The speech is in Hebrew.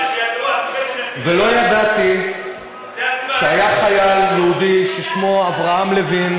ולא ידעתי שהיה חייל יהודי ששמו אברהם לוין,